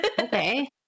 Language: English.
Okay